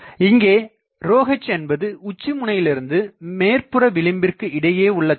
இங்கே h என்பது உச்சிமுனையிலிருந்து மேற்புறவிளிம்பிற்கு இடையேயுள்ள தொலைவு